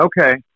Okay